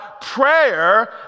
prayer